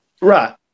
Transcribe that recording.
Right